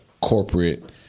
corporate